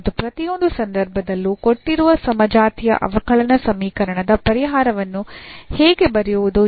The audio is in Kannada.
ಮತ್ತು ಪ್ರತಿಯೊಂದು ಸಂದರ್ಭದಲ್ಲೂ ಕೊಟ್ಟಿರುವ ಸಮಜಾತೀಯ ಅವಕಲನ ಸಮೀಕರಣದ ಪರಿಹಾರವನ್ನು ಹೇಗೆ ಬರೆಯುವುದು ಎಂದು ನಮಗೆ ತಿಳಿದಿದೆ